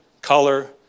color